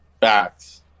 Facts